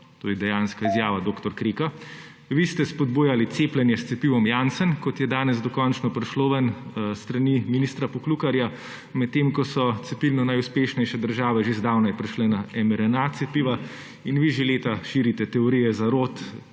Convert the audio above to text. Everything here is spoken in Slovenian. To je dejanska izjava dr. Kreka. Vi ste spodbujali cepljenje s cepivom Janssen, kot je danes dokončno prišlo ven, s strani ministra Poklukarja, medtem ko so cepilno najuspešnejše države že zdavnaj prešle na cepiva mRNA. In vi že leta širite teorije zarot,